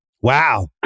Wow